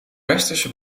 westerse